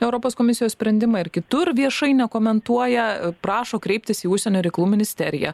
europos komisijos sprendimą ir kitur viešai nekomentuoja prašo kreiptis į užsienio reikalų ministeriją